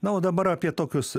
na o dabar apie tokius